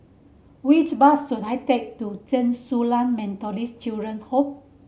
which bus should I take to Zhen Su Lan Methodist Children's Home